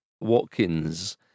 Watkins